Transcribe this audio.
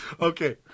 Okay